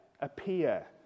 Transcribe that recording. appear